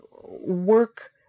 work